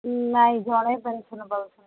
ନାଇଁ ଜଣେ ପେନସନ୍ ପାଉଛନ୍ତି